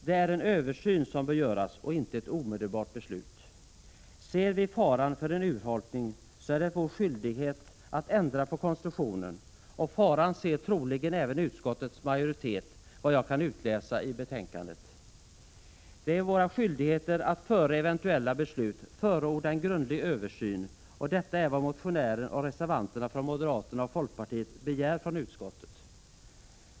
Det är en översyn som nu behövs och inte ett omedelbart beslut. Ser vi faran för en urholkning, är det vår skyldighet att ändra på konstruktionen. Faran ser troligen även utskottets majoritet, såvitt jag kan utläsa i betänkandet. Det är vår skyldighet att före eventuellt beslut förorda en grundlig översyn, och detta är vad motionären och reservanterna från moderaterna och folkpartiet begär från utskottet.